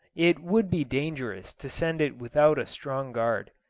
it would be dangerous to send it without a strong guard.